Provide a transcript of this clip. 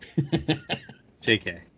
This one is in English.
JK